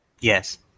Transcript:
Yes